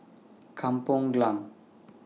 Kampong Glam